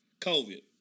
COVID